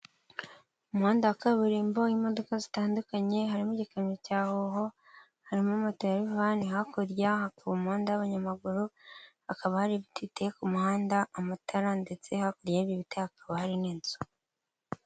Umuhanda wa kaburimbo imodoka zitandukanye, harimo igikamyo cya hoho, harimo moto ya ivani hakurya, ku muhanda w'abanyamaguru hakaba hari ibiti biteye ku muhanda, amatara, ndetse hakurya y'ibi biti hakaba hari n'inzu.